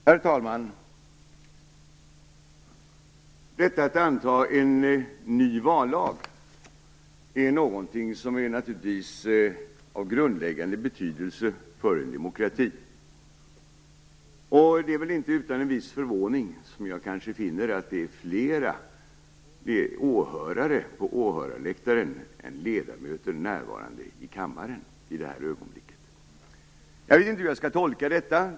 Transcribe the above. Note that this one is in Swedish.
Herr talman! Antagandet av en ny vallag är naturligtvis något som är av grundläggande betydelse för en demokrati. Det är därför inte utan en viss förvåning som jag finner att det väl sitter flera på åhörarläktaren än det är ledamöter närvarande i kammaren i det här ögonblicket. Jag vet inte hur jag skall tolka detta.